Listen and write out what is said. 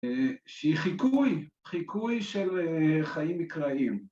‫שהיא חיקוי, חיקוי של חיים מקראיים.